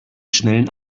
schnellen